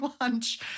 lunch